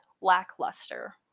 Lackluster